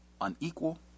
unequal